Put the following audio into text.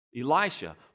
Elisha